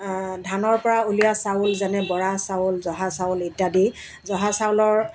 ধানৰ পৰা উলিওৱা চাউল যেনে বৰা চাউল জহা চাউল ইত্যাদি জহা চাউলৰ